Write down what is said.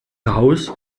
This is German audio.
haus